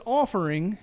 offering